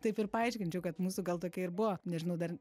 taip ir paaiškinčiau kad mūsų gal tokia ir buvo nežinau dar